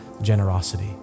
generosity